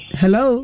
hello